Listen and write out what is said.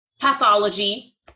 pathology